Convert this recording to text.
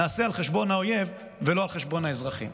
נעשה על חשבון האויב ולא על חשבון האזרחים.